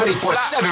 24-7